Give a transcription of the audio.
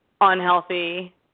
unhealthy